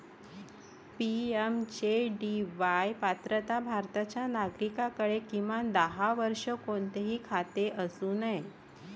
PMJDY पात्रता भारताच्या नागरिकाकडे, किमान दहा वर्षे, कोणतेही खाते असू नये